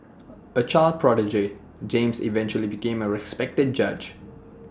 A child prodigy James eventually became A respected judge